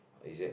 is it